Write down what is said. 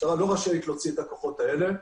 המשטרה לא רשאית להוציא את הכוחות האלה.